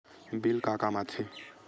Bill का काम आ थे?